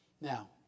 Now